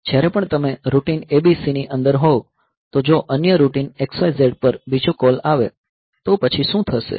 જ્યારે પણ તમે રૂટિન ABC ની અંદર હોવ તો જો અન્ય રૂટિન XYZ પર બીજો કૉલ આવે તો પછી શું થશે